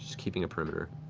keeping a perimeter.